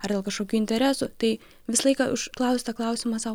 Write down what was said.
ar dėl kažkokių interesų tai visą laiką užklausite klausimą sau